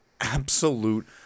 absolute